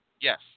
Yes